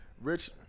Rich